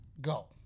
go